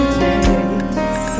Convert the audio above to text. days